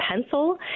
pencil